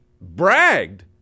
bragged